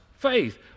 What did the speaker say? faith